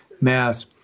mass